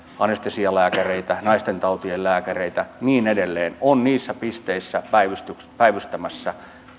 anestesialääkäreitä naistentautien lääkäreitä ja niin edelleen on niissä pisteissä päivystämässä päivystämässä